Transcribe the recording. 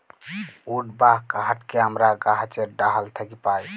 would বা কাহাঠকে আমরা গাহাছের ডাহাল থ্যাকে পাই